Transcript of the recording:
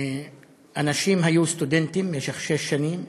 אנשים היו סטודנטים במשך שש שנים,